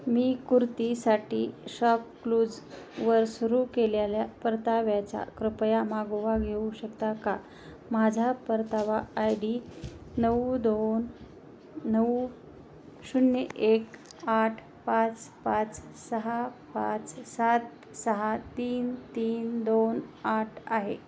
मी कुर्तीसाठी शॉपक्लूजवर सुरू केलेल्या परताव्याचा कृपया मागोवा घेऊ शकता का माझा परतावा आय डी नऊ दोन नऊ शून्य एक आठ पाच पाच सहा पाच सात सहा तीन तीन दोन आठ आहे